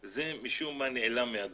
משום מה זה נעלם מהדוח.